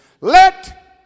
Let